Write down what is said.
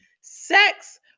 sex